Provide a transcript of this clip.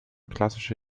klassische